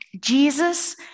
Jesus